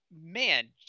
man